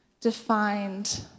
defined